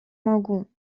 могу